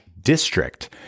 district